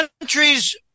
countries